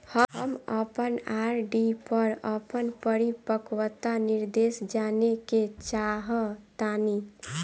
हम अपन आर.डी पर अपन परिपक्वता निर्देश जानेके चाहतानी